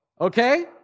Okay